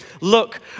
Look